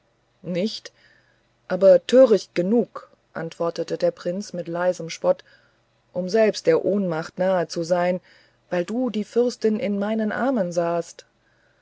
nicht aber töricht genug antwortete der prinz mit leisem spott um selbst der ohnmacht nahe zu sein weil du die fürstin in meinen armen sahst